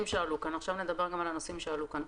עכשיו נדבר גם על הנושאים שעלו כאן.